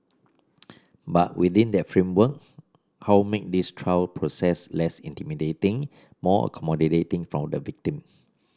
but within that framework how make this trial process less intimidating more accommodating for the victim